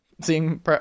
seeing